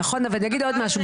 נכון, ואני אגיד עוד משהו.